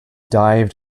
dived